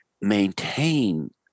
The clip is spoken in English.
maintain